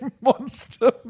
Monster